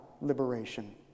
liberation